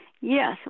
Yes